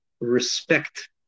respect